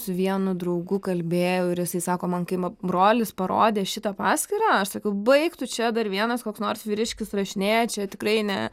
su vienu draugu kalbėjau ir jisai sako man kai brolis parodė šitą paskyrą aš sakau baik tu čia dar vienas koks nors vyriškis rašinėja čia tikrai ne